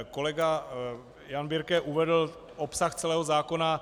Kolega Jan Birke uvedl obsah celého zákona.